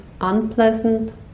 unpleasant